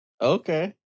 Okay